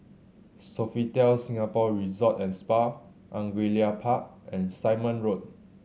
Sofitel Singapore Resort and Spa Angullia Park and Simon Road